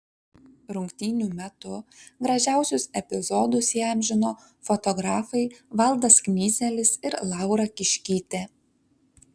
rungtynių metu gražiausius epizodus įamžino fotografai valdas knyzelis ir laura kiškytė